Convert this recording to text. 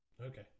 okay